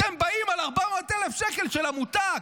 אתם באים על 400,000 שקל של עמותה,